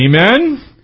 Amen